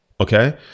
Okay